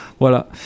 Voilà